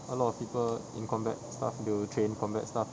a lot of people in combat stuff they will train combat stuff